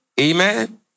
amen